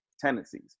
tendencies